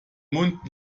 mund